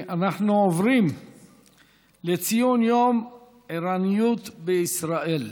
נעבור להצעות לסדר-היום בנושא ציון יום עירוניות בישראל,